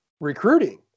recruiting